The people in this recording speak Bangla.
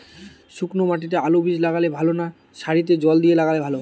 শুক্নো মাটিতে আলুবীজ লাগালে ভালো না সারিতে জল দিয়ে লাগালে ভালো?